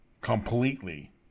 completely